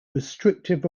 restrictive